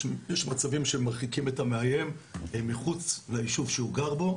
יש מצבים שמרחיקים את המאיים מחוץ ליישוב שהוא גר בו,